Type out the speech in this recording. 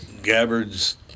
Gabbard's